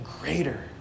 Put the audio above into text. greater